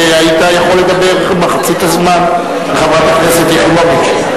והיית יכול לדבר מחצית הזמן מחברת הכנסת יחימוביץ?